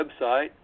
website